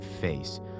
face